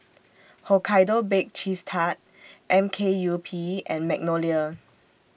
Hokkaido Baked Cheese Tart M K U P and Magnolia